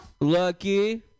Lucky